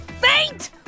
faint